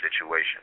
situation